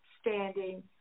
standing